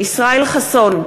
ישראל חסון,